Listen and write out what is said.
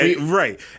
Right